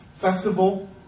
festival